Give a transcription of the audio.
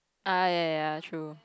ah ya ya true